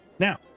Now